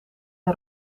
een